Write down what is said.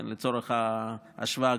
לצורך ההשוואה,